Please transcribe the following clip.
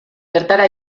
bertara